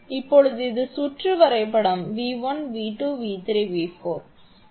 இப்போது இது சுற்று வரைபடம் 𝑣1 𝑣2 𝑣3 𝑣4